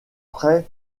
près